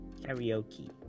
Karaoke